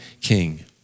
king